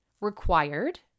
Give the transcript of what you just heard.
required